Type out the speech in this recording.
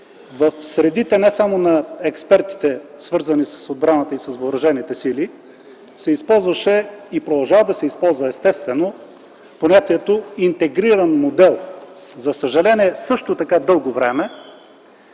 в средите не само на експертите, свързани с отбраната и въоръжените сили, се използваше и продължава да се използва естествено понятието „интегриран модел”. Също така дълго време,